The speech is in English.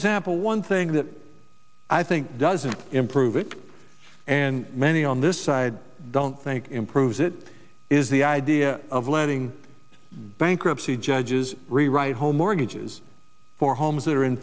example one thing that i think doesn't improve it and many on this side don't think improves it is the idea of letting bankruptcy judges rewrite home mortgages for homes that are in